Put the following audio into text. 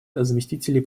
заместителей